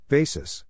Basis